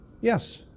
yes